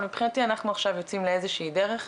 אבל מבחינתי אנחנו עכשיו יוצאים לאיזושהי דרך,